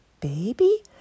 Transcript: baby